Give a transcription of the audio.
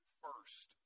first